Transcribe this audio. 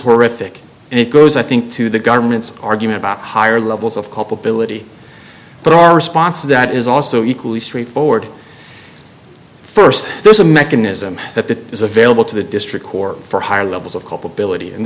horrific and it goes i think to the government's argument about higher levels of culpability but our response to that is also equally straightforward first there's a mechanism that is available to the district court for higher levels of culpability and